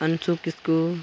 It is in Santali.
ᱠᱟᱧᱪᱚᱱ ᱠᱤᱥᱠᱩ